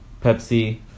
Pepsi